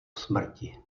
smrti